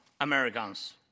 Americans